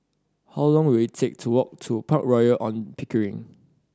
how long will it take to walk to Park Royal On Pickering